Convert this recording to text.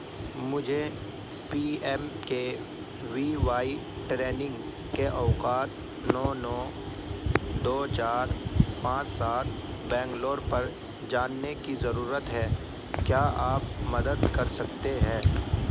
مجھے P M K V Y training کے اوقات نو نو دو چار پانچ سات بینگلور پر جاننے کی ضرورت ہے کیا آپ مدد کر سکتے ہیں